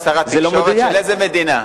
שר התקשורת של איזו מדינה?